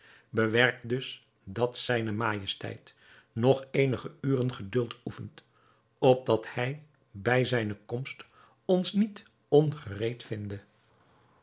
bewerk dus dat zijne majesteit nog eenige uren geduld oefent opdat hij bij zijne komst ons niet ongereed